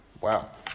wow